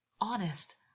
honest